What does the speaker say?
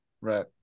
right